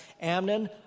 Amnon